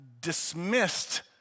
dismissed